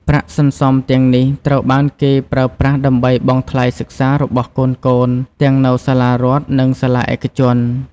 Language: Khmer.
ប្រាក់សន្សំទាំងនេះត្រូវបានគេប្រើប្រាស់ដើម្បីបង់ថ្លៃសិក្សារបស់កូនៗ ទាំងនៅសាលារដ្ឋ និងសាលាឯកជន។